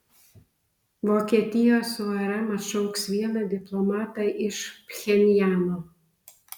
vokietijos urm atšauks vieną diplomatą iš pchenjano